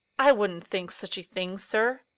i wouldn't think such a thing, sir.